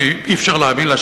שאי-אפשר להאמין לה,